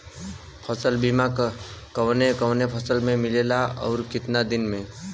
फ़सल बीमा कवने कवने फसल में मिलेला अउर कितना दिन में?